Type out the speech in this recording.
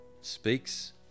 speaks